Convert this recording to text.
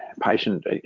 patient